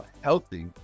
healthy